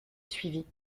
suivi